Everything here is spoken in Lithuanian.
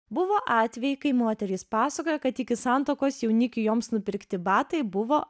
buvo atvejai kai moterys pasakojo kad iki santuokos jaunikių joms nupirkti batai buvo